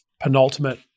penultimate